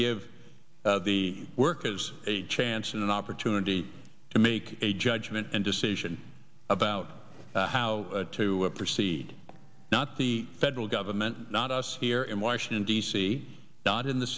give the workers a chance an opportunity to make a judgment and decision about how to proceed not the federal government not us here in washington d c not in the